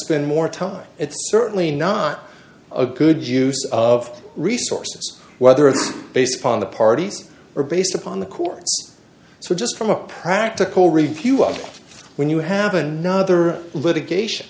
spend more time it's certainly not a good use of resources whether it's based upon the parties or based upon the court so just from a practical review of when you have another litigation